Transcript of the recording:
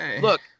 Look